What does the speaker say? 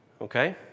Okay